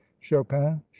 chopin